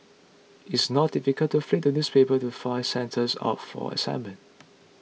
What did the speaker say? it's not difficult to flip the newspapers to find centres up for assignment